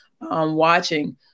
watching